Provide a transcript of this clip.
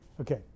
Okay